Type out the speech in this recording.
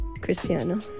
Cristiano